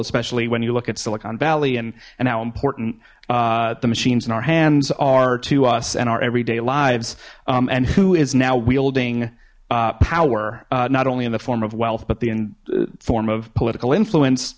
especially when you look at silicon valley and and how important the machines in our hands are to us and our everyday lives and who is now wildung power not only in the form of wealth but the form of political influence